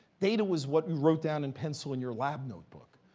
data was what you wrote down in pencil in your lab notebook.